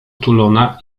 otulona